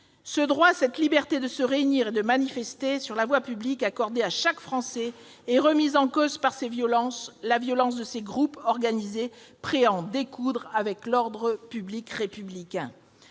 Ce droit, cette liberté de se réunir et de manifester sur la voie publique accordée à chaque Français, est remise en cause par la violence de ces groupes organisés, prêts à en découdre avec l'ordre public républicain.